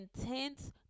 intense